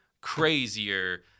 crazier